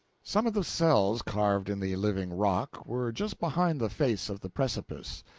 some of the cells carved in the living rock were just behind the face of the precipice,